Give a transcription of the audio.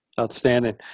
Outstanding